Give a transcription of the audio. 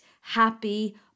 happy